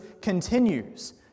continues